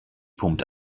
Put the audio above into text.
pumpt